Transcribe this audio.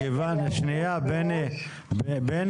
כיוון שבני